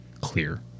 clear